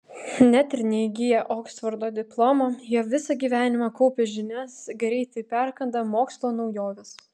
net ir neįgiję oksfordo diplomo jie visą gyvenimą kaupia žinias greitai perkanda mokslo naujoves